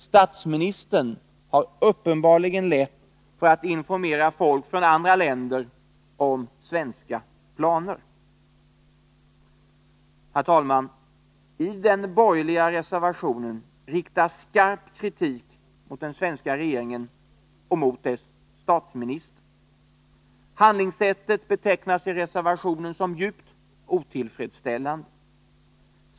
Statsministern har uppenbarligen lätt för att informera folk från andra länder om svenska planer. Herr talman! I den borgerliga reservationen riktas skarp kritik mot den svenska regeringen och mot dess statsminister. Handlingssättet betecknas i reservationen som djupt otillfredsställande.